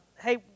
hey